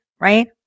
right